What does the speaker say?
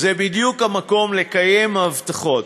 זה בדיוק המקום לקיים הבטחות.